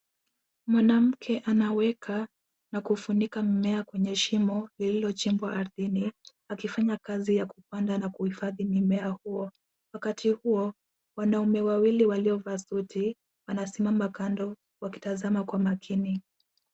Mwanamke anaweka na kufunika mmea kwenye shimo lililochimbwa ardhini akifanya kazi ya kupanda na kuhifadhi mimea huo. Wakati huo, wanaume wawili waliovaa suti wanasimama kando wakitazama kwa makini.